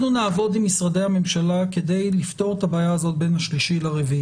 אנחנו נעבוד עם משרדי הממשלה כדי לפתור את הבעיה הזאת בין ה-3 ל-4,